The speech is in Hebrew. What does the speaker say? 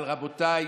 אבל רבותיי,